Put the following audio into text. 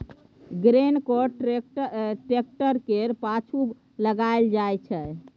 grain cart tractor केर पाछु लगाएल जाइ छै